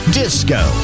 disco